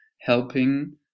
helping